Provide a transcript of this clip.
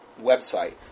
website